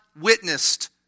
witnessed